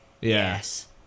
yes